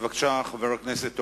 בבקשה, חבר הכנסת אורון,